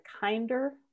kinder